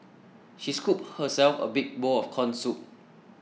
she scooped herself a big bowl of Corn Soup